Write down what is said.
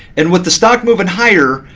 and with the stock moving higher,